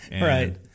Right